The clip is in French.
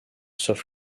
sauf